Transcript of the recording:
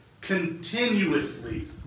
continuously